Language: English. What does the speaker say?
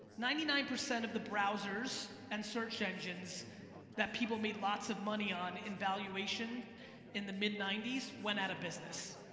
ninety nine percent of the browsers and search engines that people made lots of money on in valuation in the mid ninety s went out of business.